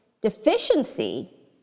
Deficiency